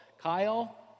Kyle